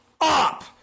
up